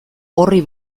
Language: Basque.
orri